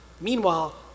Meanwhile